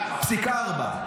פסיק ארבע.